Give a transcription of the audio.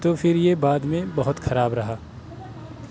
تو پھر یہ بعد میں بہت خراب رہا